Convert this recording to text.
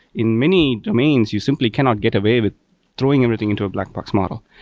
in many domains, you simply cannot get away with throwing everything into a black box model.